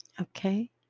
Okay